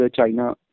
China